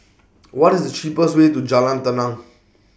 What IS The cheapest Way to Jalan Tenang